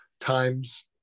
times